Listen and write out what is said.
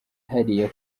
hariya